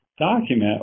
document